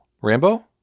Rambo